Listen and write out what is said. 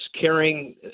carrying